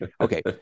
Okay